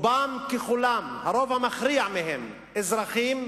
ככולם, הרוב המכריע בהם אזרחים,